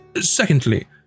Secondly